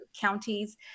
counties